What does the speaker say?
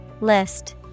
List